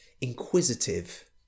Inquisitive